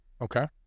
Okay